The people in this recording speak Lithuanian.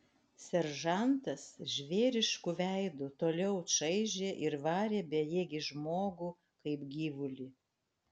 seržantas žvėrišku veidu toliau čaižė ir varė bejėgį žmogų kaip gyvulį